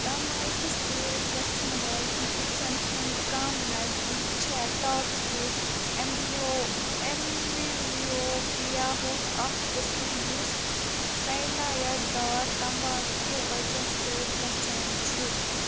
تماکہِ سۭتۍ گژھن واجنہِ أچھَن ہٕنٛز کم نظری چھےٚ ٹاکسِک اٮ۪مبِلیو اٮ۪مبِلیوپیاہُک اکھ قٕسٕم یُس ساینایڈ دار تمباکہِ کہِ وجہ سۭتۍ گژھان چھُ